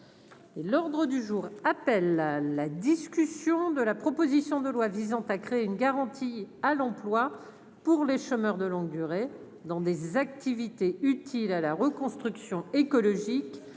l'ordre du jour, appelle à la discussion de la proposition de loi visant à créer une garantie à l'emploi pour les chômeurs de longue durée dans des activités utiles à la reconstruction écologique